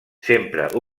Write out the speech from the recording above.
sempre